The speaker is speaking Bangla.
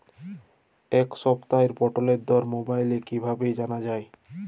এই সপ্তাহের পটলের দর মোবাইলে কিভাবে জানা যায়?